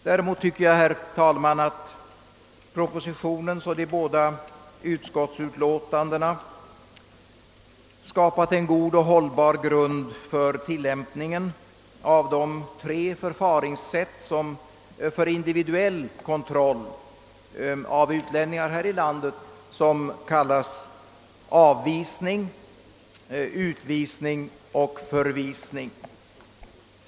Däremot tycker jag, herr talman, att propositionen och utlåtandena skapat en god och hållbar grund för tillämpningen av de tre förfaringssätt för individuell kontroll som kallas avvisning, utvisning och förvisning.